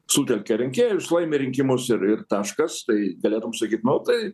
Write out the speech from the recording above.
sutelkė rinkėjus laimi rinkimus ir ir taškas tai galėtum sakyt nu tai